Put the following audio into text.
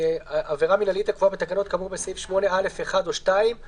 "עבירה מינהלית הקבועה בתקנות כאמור בסעיף 8(א)(1) או (2) ...